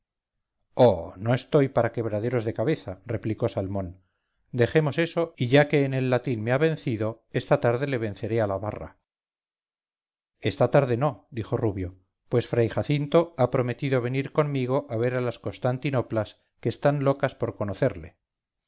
oh no estoy para quebraderos de cabeza replicó salmón dejemos eso y ya que en el latín me ha vencido esta tarde le venceré a la barra esta tarde no dijo rubio pues fray jacinto ha prometido venir conmigo a ver a las constantinoplas que están locas por conocerle